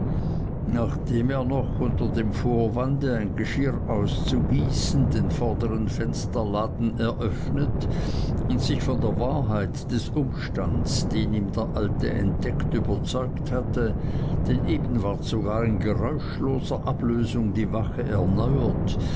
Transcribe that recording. nachdem er noch unter dem vorwande ein geschirr auszugießen den vordern fensterladen eröffnet und sich von der wahrheit des umstands den ihm der alte entdeckt überzeugt hatte denn eben ward sogar in geräuschloser ablösung die wache erneuert